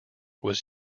was